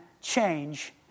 change